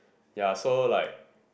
ya so like